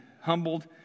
humbled